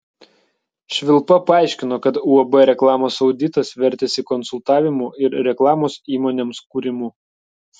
švilpa paaiškino kad uab reklamos auditas vertėsi konsultavimu ir reklamos įmonėms kūrimu